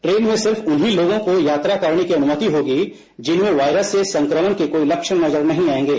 train में सिर्फ उन्हीं लोगों को यात्रा करने की अनुमति होगी जिनमें वायरस संक्रमण के कोई लक्षण नजर नहीं आएंगे